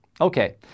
Okay